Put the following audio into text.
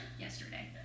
yesterday